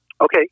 Okay